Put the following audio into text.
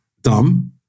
dumb